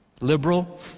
liberal